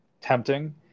tempting